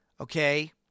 Okay